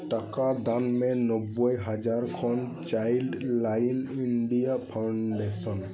ᱴᱟᱠᱟ ᱫᱟᱱ ᱢᱮ ᱱᱚᱵᱽᱵᱚᱭ ᱦᱟᱡᱟᱨ ᱠᱷᱚᱱ ᱪᱟᱭᱤᱞᱰᱞᱟᱭᱤᱱ ᱤᱱᱰᱤᱭᱟ ᱯᱷᱟᱣᱩᱱᱰᱮᱥᱚᱱ